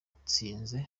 dutsinze